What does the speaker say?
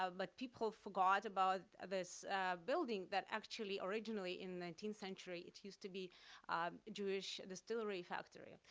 ah but people forgot about this building that actually, originally in nineteenth century, it used to be jewish distillery factory.